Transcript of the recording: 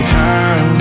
time